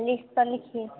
list पर लिखिए